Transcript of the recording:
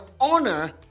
honor